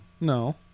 No